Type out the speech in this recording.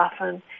often